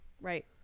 Right